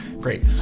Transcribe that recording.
great